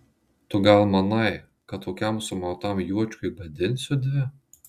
tu gal manai kad tokiam sumautam juočkiui gadinsiu dvi